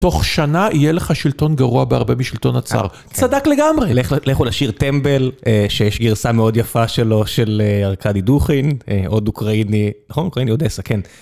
תוך שנה יהיה לך שלטון גרוע בהרבה משלטון הצאר. צדק לגמרי, לכו לשיר טמבל, שיש גרסה מאוד יפה שלו, של ארכדי דוכין, עוד אוקראיני, נכון? אוקראיני אודסה, כן.